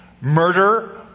Murder